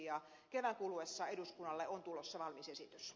ja kevään kuluessa eduskunnalle on tulossa valmis esitys